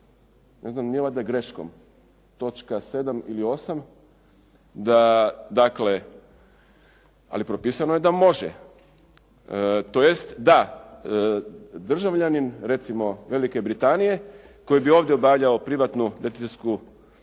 da nije valjda greškom točka 7. ili 8. da dakle ali propisano je da može tj. da državljanin recimo Velike Britanije koji bi ovdje obavljao privatnu detektivsku